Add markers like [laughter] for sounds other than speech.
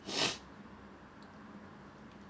[breath]